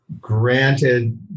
Granted